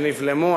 והם נבלמו.